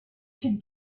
can